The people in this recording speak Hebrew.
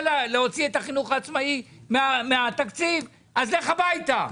להוציא את החינוך העצמאי מהתקציב אז שילך הביתה.